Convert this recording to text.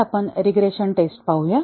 आज आपण regression test पाहूया